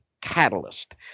catalyst